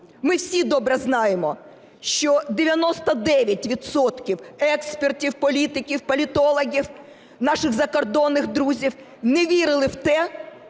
Ми всі добре знаємо, що 99 відсотків експертів, політиків, політологів, наших закордонних друзів не вірили в те,